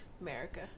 America